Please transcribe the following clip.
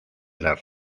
las